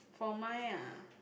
for mine ah